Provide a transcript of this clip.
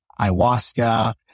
ayahuasca